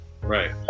right